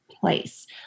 place